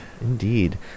indeed